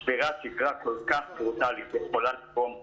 שבירת שגרה כל כך ברוטלית יכולה לגרום להידרדרות,